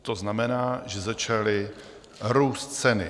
To znamená, že začaly růst ceny.